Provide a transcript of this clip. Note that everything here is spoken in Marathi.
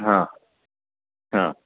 हां हां